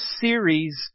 series